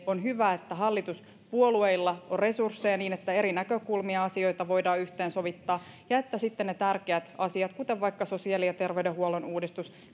on hyvä että hallituspuolueilla on resursseja niin että eri näkökulmia ja asioita voidaan yhteensovittaa ja että sitten ne tärkeät asiat kuten sosiaali ja terveydenhuollon uudistus